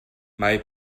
mai